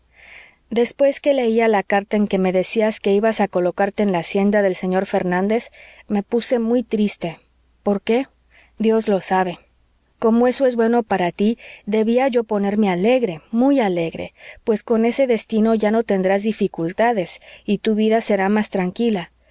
después que leia la carta en que me decías que ibas a colocarte en la hacienda del señor fernández me puse muy triste por qué dios lo sabe como eso es bueno para tí debía yo ponerme alegre muy alegre pues con ese destino ya no tendrás dificultades y tu vida será más tranquila